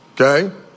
Okay